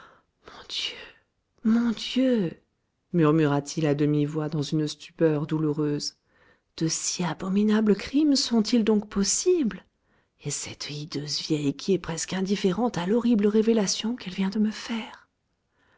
mon dieu mon dieu murmura-t-il à demi-voix dans une stupeur douloureuse de si abominables crimes sont-ils donc possibles et cette hideuse vieille qui est presque indifférente à l'horrible révélation qu'elle vient de me faire